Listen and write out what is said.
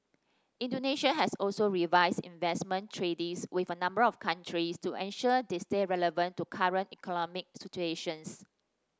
Indonesia has also revised investment treaties with a number of countries to ensure they stay relevant to current economic situations